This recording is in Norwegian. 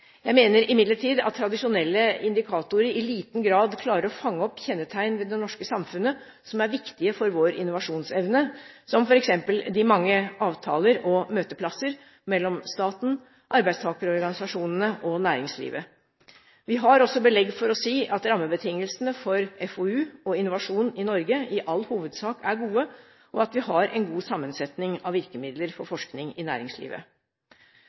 Jeg mener imidlertid at tradisjonelle indikatorer i liten grad klarer å fange opp kjennetegn ved det norske samfunnet som er viktige for vår innovasjonsevne, som f.eks. de mange avtaler og møteplasser mellom staten, arbeidstakerorganisasjonene og næringslivet. Vi har også belegg for å si at rammebetingelsene for FoU og innovasjon i Norge i all hovedsak er gode, og at vi har en god sammensetning av virkemidler for forskning i næringslivet.